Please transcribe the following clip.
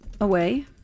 away